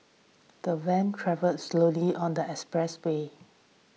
the van travels slowly on the expressibly